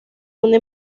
una